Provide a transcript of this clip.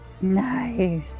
Nice